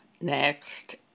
next